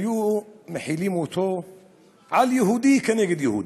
היו מחילים אותו על יהודי כנגד יהודי,